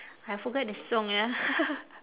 I forget the song ah